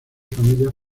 familias